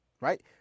Right